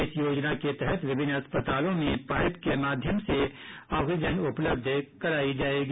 इस योजना के तहत विभिन्न अस्पतालों में पाइप के माध्यम से ऑक्सीजन उपलब्ध कराई जाएगी